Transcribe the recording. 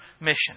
mission